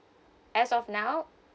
as of now